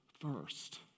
first